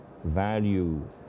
value